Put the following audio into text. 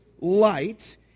light